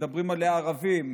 מדברים עליה ערבים,